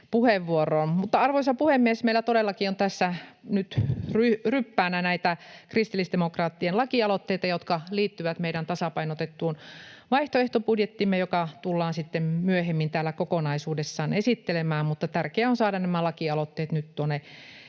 Arvoisa puhemies! Meillä todellakin on tässä nyt ryppäänä näitä kristillisdemokraattien lakialoitteita, jotka liittyvät meidän tasapainotettuun vaihtoehtobudjettiimme, joka tullaan sitten myöhemmin täällä kokonaisuudessaan esittelemään. Tärkeää on saada nämä laki-aloitteet nyt tuonne